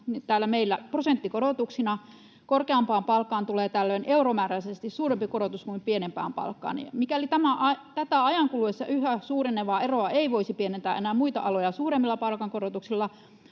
yleensä aina prosenttikorotuksina. Korkeampaan palkkaan tulee tällöin euromääräisesti suurempi korotus kuin pienempään palkkaan. Mikäli tätä ajan kuluessa yhä suurenevaa eroa ei voisi pienentää enää muita aloja suuremmilla palkankorotuksilla,